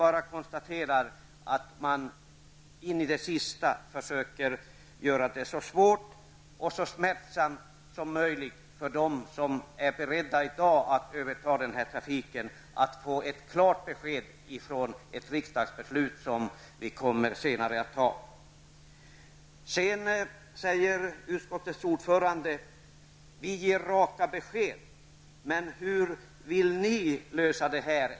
Men jag konstaterar att utskottsmajoriteten in i det sista försöker göra det så svårt och smärtsamt som möjligt för dem som i dag är beredda att överta tågtrafiken på inlandsbanan när det gäller att få ett klart besked genom det beslut som vi senare kommer att fatta här i riksdagen. Utskottets ordförande säger så här: Vi ger raka besked, men hur vill ni lösa det här?